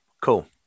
Cool